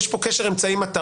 יש פה קשר אמצעי-מטרה,